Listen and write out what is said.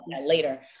Later